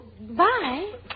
bye